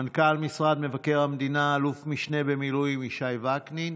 מנכ"ל משרד מבקר המדינה אלוף משנה במילואים ישי וקנין,